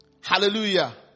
Hallelujah